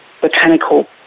botanical